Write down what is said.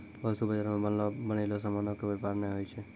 वस्तु बजारो मे बनलो बनयलो समानो के व्यापार नै होय छै